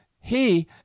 He